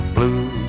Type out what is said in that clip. Blue